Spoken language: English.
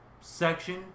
section